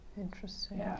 Interesting